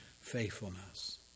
faithfulness